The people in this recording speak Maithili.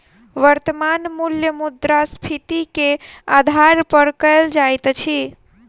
वर्त्तमान मूल्य मुद्रास्फीति के आधार पर कयल जाइत अछि